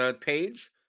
page